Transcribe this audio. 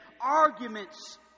arguments